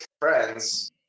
friends